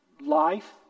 life